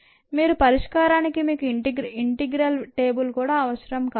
దీని పరిష్కారానికి మీకు ఇంటిగ్రల్ టేబుల్ కూడా అవసరం కావొచ్చు